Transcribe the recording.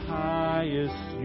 highest